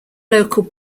local